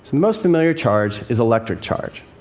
most familiar charge is electric charge.